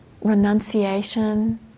renunciation